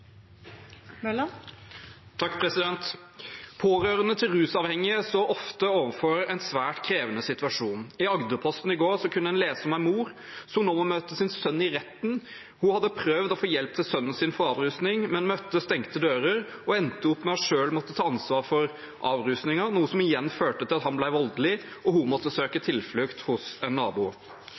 blir replikkordskifte. Pårørende til rusavhengige står ofte overfor en svært krevende situasjon. I Agderposten i går kunne man lese om en mor som nå må møte sin sønn i retten. Hun hadde prøvd å få hjelp til å få sønnen på avrusning, men møtte stengte dører og endte opp med selv å måtte ta ansvar for avrusningen – noe som igjen førte til at han ble voldelig og hun måtte søke tilflukt hos en nabo.